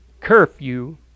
Curfew